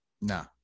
No